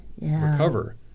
recover